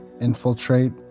infiltrate